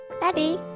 Daddy